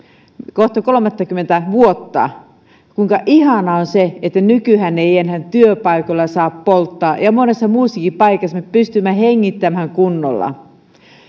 kohta kolmattakymmentä vuotta kuinka ihanaa on se että nykyään ei enää työpaikoilla saa polttaa ja ja monessa muussakin paikassa me pystymme hengittämään kunnolla